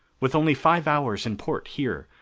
with only five hours in port here,